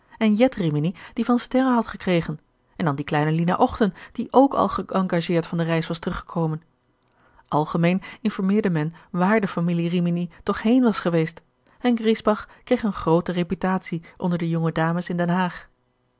en jet rimini die yan sterren had gekregen en dan die kleine lina ochten die ook al gegerard keller het testament van mevrouw de tonnette engageerd van de reis was teruggekomen algemeen informeerde men waar de familie rimini toch heen was geweest en griesbach kreeg eene groote reputatie onder de jonge dames in den haag